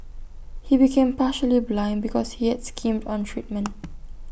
he became partially blind because he had skimmed on treatment